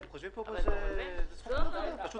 אני מסכים איתך אבל רוצה לומר משהו.